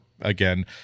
again